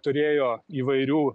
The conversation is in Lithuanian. turėjo įvairių